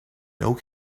oak